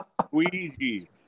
Squeegee